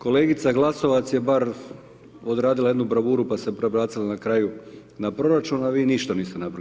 Kolegica Glasovac je bar odradila jednu bravuru pa se prebacila na kraju na proračun a vi ništa niste napravili.